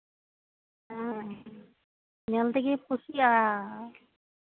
ᱦᱮᱸ ᱧᱮᱞ ᱛᱮᱜᱤᱢ ᱠᱩᱥᱤᱜᱼᱟ